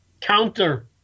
counter